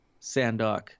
Sandok